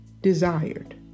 desired